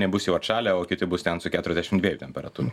nebus jau atšalę o kiti bus ten su keturiasdešim dviejų temperatūra